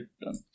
done